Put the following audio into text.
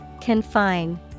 Confine